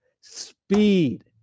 speed